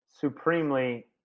Supremely